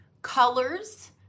Colors